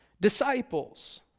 disciples